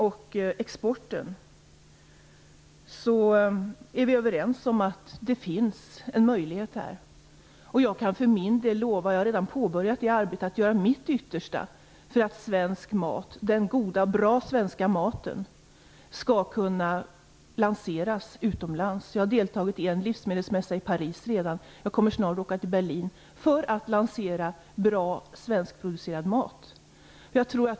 Vi är överens om att det finns en möjlighet till konkurrens och export. Jag kan för min del lova att göra mitt yttersta för att svensk mat, den goda och bra svenska maten, skall kunna lanseras utomlands, och jag har redan påbörjat det arbetet. Jag har deltagit i en livsmedelsmässa i Paris, och jag kommer snart att åka till Berlin, för att lansera bra svenskproducerad mat.